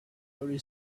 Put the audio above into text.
very